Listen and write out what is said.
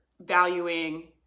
valuing